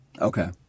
Okay